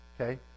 okay